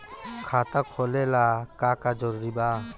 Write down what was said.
खाता खोले ला का का जरूरी बा?